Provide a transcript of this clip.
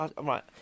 Right